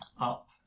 up